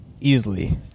easily